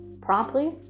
promptly